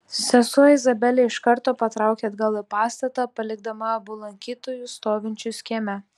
sesuo izabelė iš karto patraukė atgal į pastatą palikdama abu lankytojus stovinčius kieme